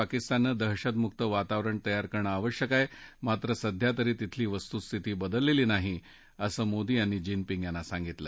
पाकिस्ताननं दहशतमुक्त वातावरण तयार करणं आवश्यक आहे मात्र सध्या तरी तिथली वस्तूस्थिती बदलेली नाही असं मोदी यांनी जीनपिंग यांना सांगितलं